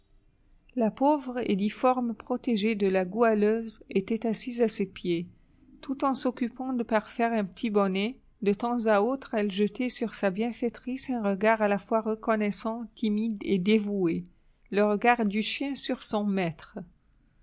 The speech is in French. la pauvre et difforme protégée de la goualeuse était assise à ses pieds tout en s'occupant de parfaire un petit bonnet de temps à autre elle jetait sur sa bienfaitrice un regard à la fois reconnaissant timide et dévoué le regard du chien sur son maître